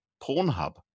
Pornhub